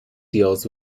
deals